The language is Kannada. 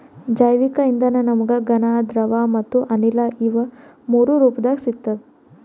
ಜೈವಿಕ್ ಇಂಧನ ನಮ್ಗ್ ಘನ ದ್ರವ ಮತ್ತ್ ಅನಿಲ ಇವ್ ಮೂರೂ ರೂಪದಾಗ್ ಸಿಗ್ತದ್